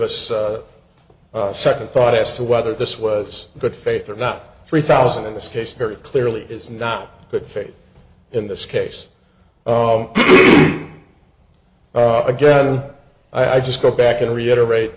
a second thought as to whether this was good faith or not three thousand in this case very clearly is not good faith in this case oh oh again i just go back and reiterate